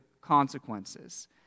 consequences